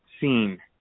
seen